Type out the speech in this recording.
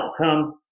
outcome